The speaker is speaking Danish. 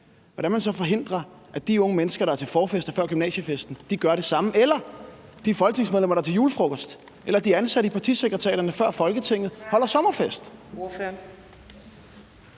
man så forhindre, at de unge mennesker, der er til forfester før gymnasiefesten, eller de folketingsmedlemmer, der er til julefrokost, eller de ansatte i partisekretariaterne, før Folketinget holder sommerfest,